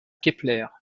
kepler